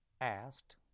asked